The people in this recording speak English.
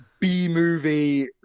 b-movie